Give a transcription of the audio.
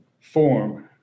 form